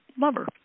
lover